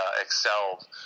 excelled